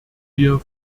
wir